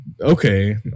okay